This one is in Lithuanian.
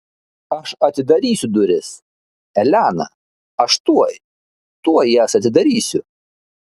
aš atidarysiu duris elena aš tuoj tuoj jas atidarysiu